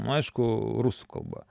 aišku rusų kalba